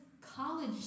college